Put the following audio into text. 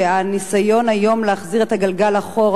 והניסיון היום להחזיר את הגלגל אחורה,